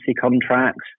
contracts